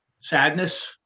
sadness